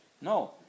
No